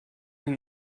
ihn